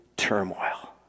turmoil